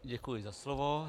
Děkuji za slovo.